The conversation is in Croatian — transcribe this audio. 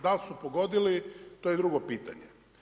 Da li su pogodili, to je drugo pitanje.